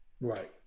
Right